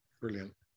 Brilliant